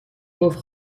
گفت